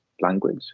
language